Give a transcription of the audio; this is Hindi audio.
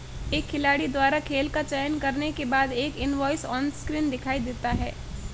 एक खिलाड़ी द्वारा खेल का चयन करने के बाद, एक इनवॉइस ऑनस्क्रीन दिखाई देता है